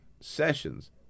Sessions